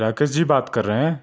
راکیش جی بات کر رہے ہیں